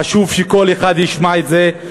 חשוב שכל אחד ישמע את זה,